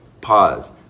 Pause